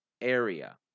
area